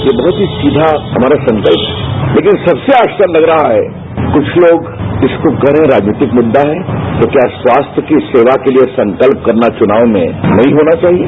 ये बहुत ही सीधा हमारा संकल्प है लेकिन सबसे आश्चर्य लग रहा है कुछ लोग इसको कह रहे है ये राजनीतिक मुद्दा है तो क्या स्वास्थ्य की सेवा के लिए संकल्प करना चुनाव में नहीं होना चाहिए